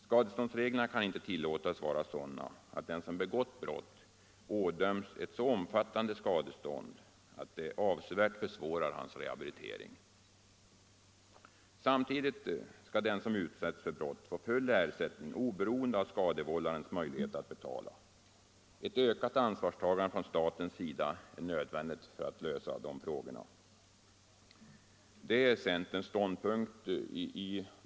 Skadeståndsreglerna kan inte tillåtas vara sådana att den som begått brott ådöms ett så omfattande skadestånd att det avsevärt försvårar hans rehabilitering. Samtidigt skall den som utsätts för brott få full ersättning oberoende av skadevållarens möjligheter att betala. Ett ökat ansvarstagande från statens sida är nödvändigt för att lösa de frågorna. Detta är centerns ståndpunkt.